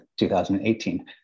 2018